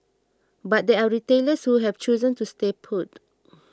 but there are retailers who have chosen to stay put